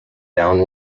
down